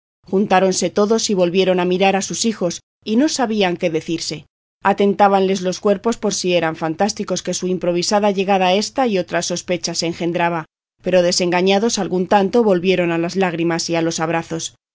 juntáronse todos y volvieron a mirar a sus hijos y no sabían qué decirse atentábanles los cuerpos por ver si eran fantásticos que su improvisa llegada esta y otras sospechas engendraba pero desengañados algún tanto volvieron a las lágrimas y a los abrazos